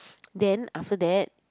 then after that